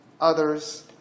others